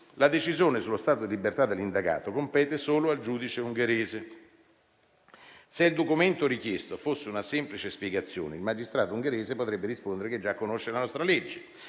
La decisione sullo stato di libertà dell'indagato compete solo al giudice ungherese. Se il documento richiesto fosse una semplice spiegazione, il magistrato ungherese potrebbe rispondere che già conosce la nostra legge;